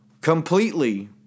completely